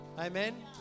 Amen